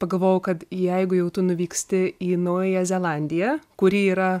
pagalvojau kad jeigu jau tu nuvyksti į naująją zelandiją kuri yra